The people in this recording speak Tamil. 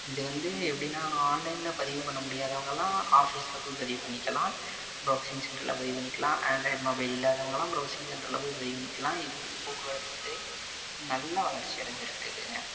இது வந்து எப்படின்னா ஆன்லைனில் பதிவு பண்ண முடியாதவர்கள்லாம் ஆஃபீஸில் போய் பதிவு பண்ணிக்கலாம் ப்ரௌஸிங் சென்டரில் பதிவு பண்ணிக்கலாம் ஆன்ட்ராய்ட் மொபைல் இல்லாதவர்கள்லாம் ப்ரௌஸிங் சென்டரில் போய் பதிவு பண்ணிக்கலாம் இது வந்து போக்குவரத்துத்துறை நல்லா வளர்ச்சி அடைஞ்சிருக்குதுங்க